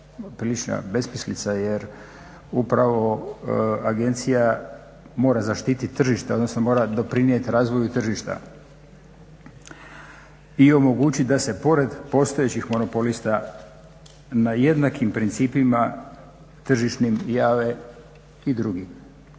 prilična besmislica jer upravo agencija mora zaštititi tržište odnosno mora doprinijeti razvoju tržišta i omogućiti da se pored postojećih monopolista na jednakim principima tržišnim jave i drugi